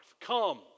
Come